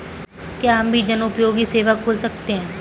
क्या हम भी जनोपयोगी सेवा खोल सकते हैं?